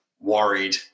worried